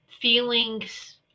feelings